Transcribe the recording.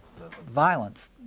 violence